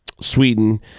Sweden